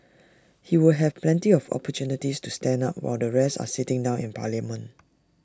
he will have plenty of opportunities to stand up while the rest are sitting down in parliament